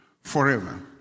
forever